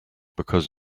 because